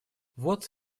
вот